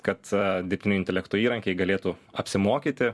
kad a dirbtinio intelekto įrankiai galėtų apsimokyti